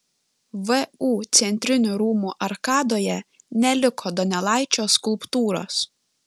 vu centrinių rūmų arkadoje neliko donelaičio skulptūros